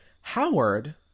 Howard